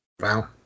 Wow